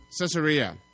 Caesarea